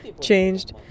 changed